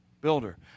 builder